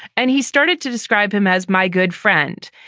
and he started to describe him as my good friend.